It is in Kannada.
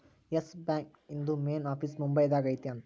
ಎಸ್ ಬ್ಯಾಂಕ್ ಇಂದು ಮೇನ್ ಆಫೀಸ್ ಮುಂಬೈ ದಾಗ ಐತಿ ಅಂತ